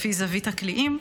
לפי זווית הקליעים,